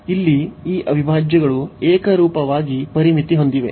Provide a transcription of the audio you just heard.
ಇಲ್ಲಿ ಈ ಅವಿಭಾಜ್ಯಗಳು ಏಕರೂಪವಾಗಿ ಪರಿಮಿತಿ ಹೊಂದಿವೆ